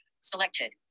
Selected